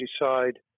decide